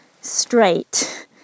straight